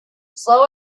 slow